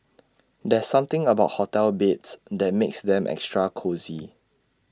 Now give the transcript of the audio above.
there's something about hotel beds that makes them extra cosy